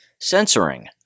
censoring